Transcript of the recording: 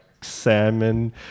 salmon